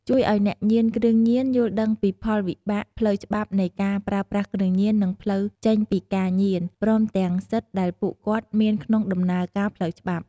ជួយឲ្យអ្នកញៀនគ្រឿងញៀនយល់ដឹងពីផលវិបាកផ្លូវច្បាប់នៃការប្រើប្រាស់គ្រឿងញៀន និងផ្លូវចេញពីការញៀន ព្រមទាំងសិទ្ធិដែលពួកគាត់មានក្នុងដំណើរការផ្លូវច្បាប់។